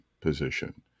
position